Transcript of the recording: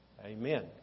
Amen